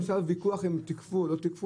בסך הכול יש ויכוח אם תיקפו או לא תיקפו,